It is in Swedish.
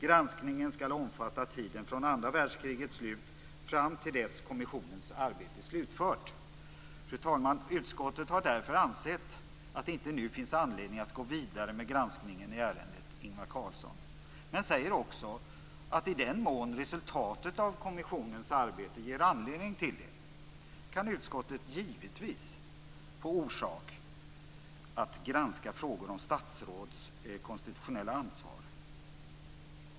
Granskningen skall omfatta tiden från andra världskrigets slut fram till dess kommissionens arbete är slutfört. Fru talman! Utskottet har därför ansett att det inte nu finns anledning att gå vidare med granskningen i ärendet om Ingvar Carlsson men säger också att i den mån resultatet av kommissionens arbete ger anledning till det kan utskottet givetvis få orsak att granska frågor om statsråds konstitutionella ansvar.